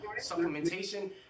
supplementation